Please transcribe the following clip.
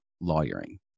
lawyering